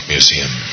Museum